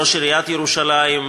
ראש עיריית ירושלים,